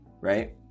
right